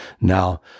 now